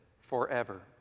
forever